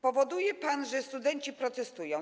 Powoduje pan, że studenci protestują.